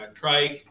Craig